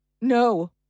No